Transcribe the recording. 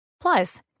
Plus